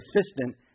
assistant